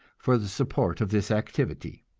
for the support of this activity.